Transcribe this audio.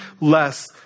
less